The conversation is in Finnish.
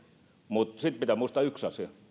mutta sitten pitää muistaa yksi asia